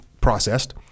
processed